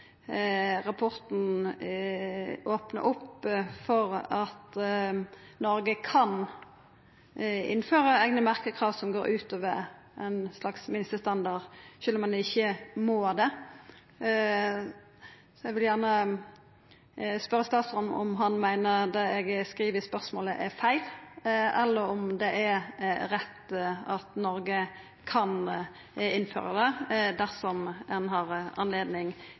rapporten opnar opp for at Noreg kan innføra eigne merkekrav som går utover ein slags minstestandard, sjølv om ein ikkje må det – er feil? Eg vil gjerne spørja statsråden om han meiner det eg skriv i spørsmålet, er feil, eller om det er rett at Noreg kan innføra det dersom ein har anledning